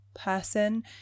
person